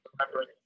remembering